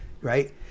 right